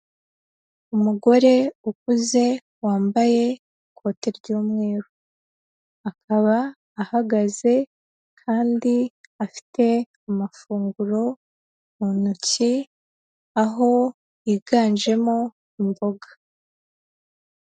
Umugore ukuze wambaye ikote ry'umweru, akaba ahagaze kandi afite amafunguro mu ntoki aho yiganjemo imboga.